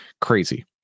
crazy